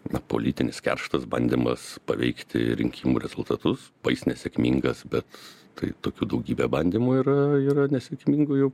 na politinis kerštas bandymas paveikti rinkimų rezultatus bais nesėkmingas bet tai tokių daugybę bandymų ir ir nesėkmingų jų